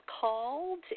called